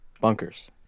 bunkers